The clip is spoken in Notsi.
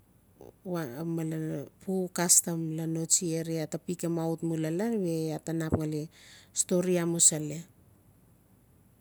male pu kastam notsi area iaa ta pickim aut mu lalon we iaa ta nap ngali story amusili